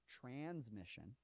transmission